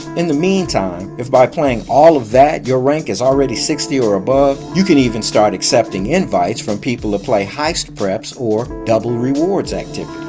in the meantime, if by playing all of that, your rank is already sixty or above, you can even start accepting invites from people to play heist preps or double rewards activities.